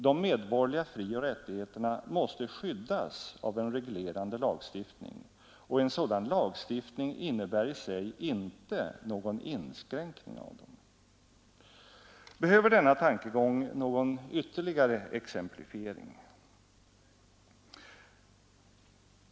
De medborgerliga frioch rättigheterna måste skyddas av en reglerande lagstiftning, och en sådan lagstiftning innebär i sig inte någon inskränkning av dem.” Behöver denna tankegång någon ytterligare exemplifiering?